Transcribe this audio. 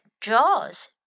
jaws